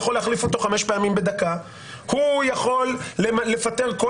הוא יכול להחליף אותו 5 פעמים בדקה; הוא יכול לפטר כל